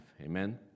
Amen